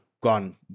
gone